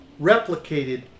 replicated